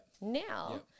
now